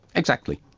exactly,